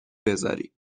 بذاری